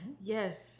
Yes